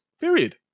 period